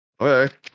Okay